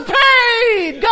paid